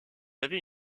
avait